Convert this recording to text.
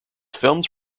films